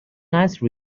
nice